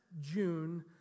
June